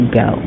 go